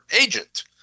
agent